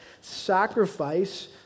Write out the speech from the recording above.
sacrifice